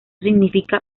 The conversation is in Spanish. significa